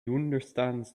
understands